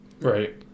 Right